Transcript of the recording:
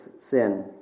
sin